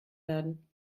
werden